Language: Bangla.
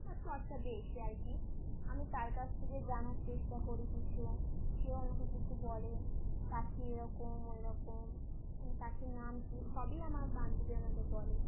বা চর্চা বেশি আর কি আমি তার কাছ থেকে জানার চেষ্টা করি কিছু সেও আমাকে কিছু বলে পাখি এরকম ওইরকম মানে পাখির নাম কী সবই আমার বান্ধবী আমাকে বলে